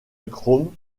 chrome